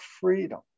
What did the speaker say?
freedom